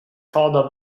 called